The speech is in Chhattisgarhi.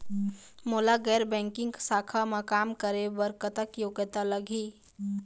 मोला गैर बैंकिंग शाखा मा काम करे बर कतक योग्यता लगही?